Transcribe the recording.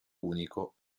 unico